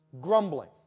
grumbling